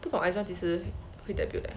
不懂 Izone 几时会 debut leh